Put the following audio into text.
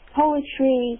poetry